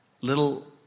little